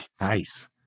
Nice